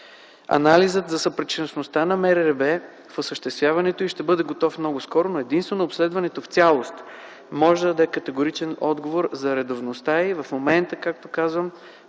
Анализът за съпричастността на МРРБ в осъществяването й ще бъде готов много скоро, но единствено обследването в цялост може да даде категоричен отговор за редовността й. В момента, както казах,